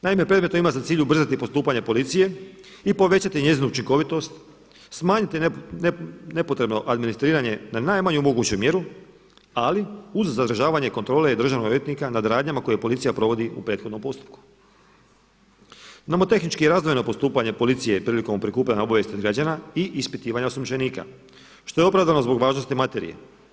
Naime, predmetno imati za cilj ubrzati postupanje policije i povećati njezinu učinkovitost, smanjiti nepotrebno administriranje na najmanju moguću mjeru ali uz zadržavanje kontrole državnog odvjetnika nad radnjama koje policija provodi u prethodnom postupku, nomotehnički razdvojeno postupanje policije prilikom prikupljanja obavijesti od građana i ispitivanje osumnjičenika što je opravdano zbog važnosti materije.